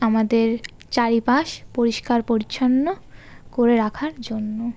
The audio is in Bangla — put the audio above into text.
আমাদের চারিপাশ পরিষ্কার পরিচ্ছন্ন করে রাখার জন্য